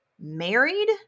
married –